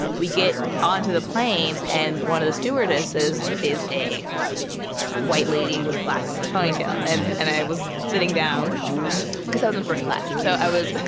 we get onto the plane. and one of the stewardesses is a white lady with glasses and a ponytail. and and i was sitting down because i was in first class, so i was. ah